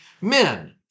men